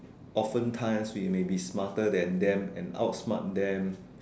often times we may be smarter than them and outsmart them